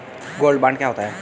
Gold bond क्या होता है?